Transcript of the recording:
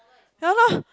ya lor